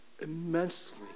immensely